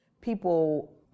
People